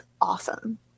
awesome